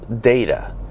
data